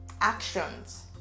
actions